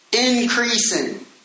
increasing